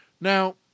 Now